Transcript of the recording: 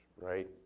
right